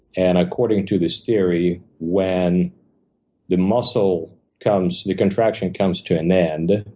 and according to this theory, when the muscle comes the contraction comes to an end,